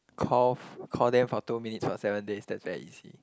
call for call them for two minutes for seven days that's very easy